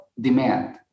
demand